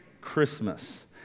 Christmas